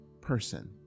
person